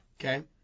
Okay